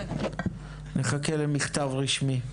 נחכה למכתב רשמי.